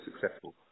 successful